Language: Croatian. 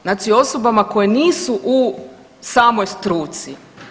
Znači osobama koje nisu u samoj struci.